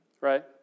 Right